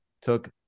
took